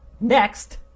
next